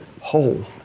whole